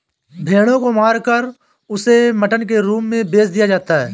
भेड़ों को मारकर उसे मटन के रूप में बेच दिया जाता है